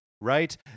right